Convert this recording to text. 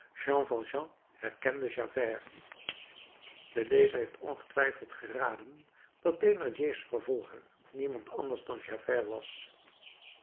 herkende javert de lezer heeft ongetwijfeld geraden dat thénardiers vervolger niemand anders dan javert was